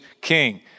king